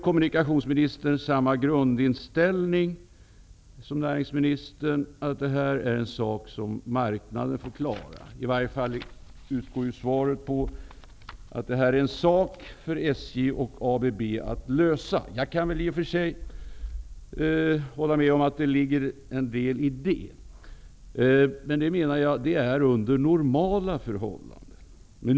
Kommunikationsministern har ju samma grundinställning som näringsministern, nämligen att detta är en sak för marknaden att klara. Åtminstone utgår svaret ifrån att detta är en fråga som SJ och ABB får lösa. Jag kan i och för sig hålla med om att det ligger en del i detta, men det förutsätter att förhållandena är normala.